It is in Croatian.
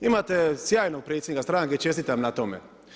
Imate sjajnog predsjednika stranke, čestitam na tome.